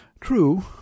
True